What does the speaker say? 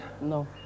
No